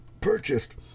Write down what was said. purchased